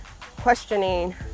questioning